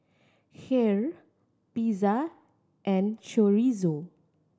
Kheer Pizza and Chorizo